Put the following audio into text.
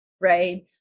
right